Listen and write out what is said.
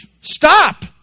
stop